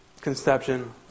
conception